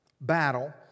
battle